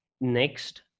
Next